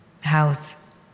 house